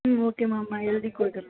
okay ma'am நான் எழுதி கொடுக்குற